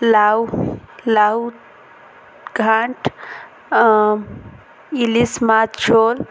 ଲାଉ ଲାଉ ଘାଣ୍ଟ ଇଲିଶ ମାଛ ଝୋଲ